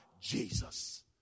Jesus